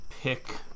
pick